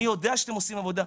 אני יודע שאתם עושים עבודה,